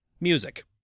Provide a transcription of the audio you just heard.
Music